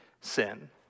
sin